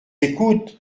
écoutent